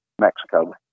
Mexico